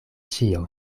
ĉio